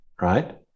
right